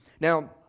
Now